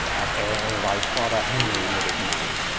as ere thy father henry made it mine